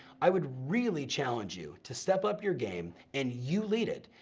i would really challenge you to step up your game and you lead it.